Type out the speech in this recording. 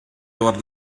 were